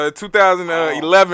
2011